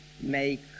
make